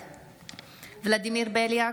אינו נוכח אוריאל בוסו,